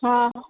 हा